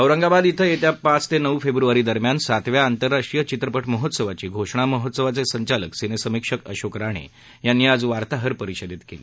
औरंगाबाद इथं येत्या पाच ते नऊ फेब्रवारी दरम्यान सातव्या आंतरराष्ट्रीय चित्रप महोत्सवाची घोषणा महोत्सवाचे संचालक सिनेसमीक्षक अशोक राणे यांनी आज वार्ताहर परिषदेत केली